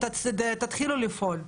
תתחילו לפעול.